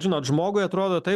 žinot žmogui atrodo taip